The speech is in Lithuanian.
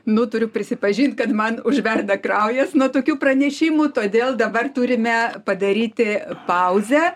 nutariu prisipažint kad man užverda kraujas nuo tokių pranešimų todėl dabar turime padaryti pauzę